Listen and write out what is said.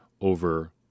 over